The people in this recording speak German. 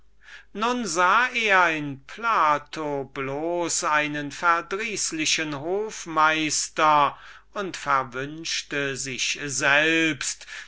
nun sah er den plato für einen verdrießlichen hofmeister an und verwünschte die schwachheit